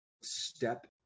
step